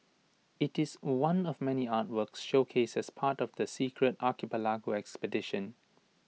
IT is one of many artworks showcased as part of the secret archipelago exhibition